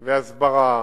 הסברה,